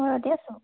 ঘৰতে আছোঁ